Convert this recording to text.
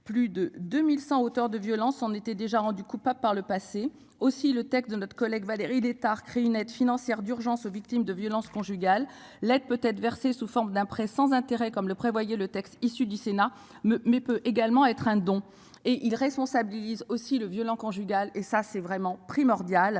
plus de 2100 auteurs de violence en était déjà rendu coupa par le passé aussi. Le texte de notre collègue Valérie Létard crée une aide financière d'urgence aux victimes de violences conjugales, l'aide peut être versée sous forme d'un prêt sans intérêt comme le prévoyait le texte issu du Sénat me mais peut également être un don et il responsabilise aussi le violent conjugal et ça c'est vraiment primordial.